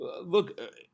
look